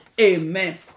Amen